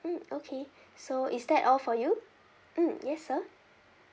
mm okay so is that all for you mm yes sir